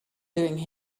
doing